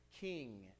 king